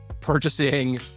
purchasing